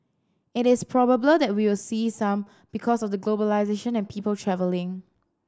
it is probable that we will see some because of the globalisation and people travelling